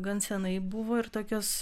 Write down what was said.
gan senai buvo ir tokios